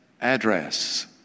address